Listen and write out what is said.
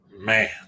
Man